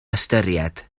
ystyried